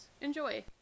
Enjoy